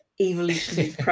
evolutionary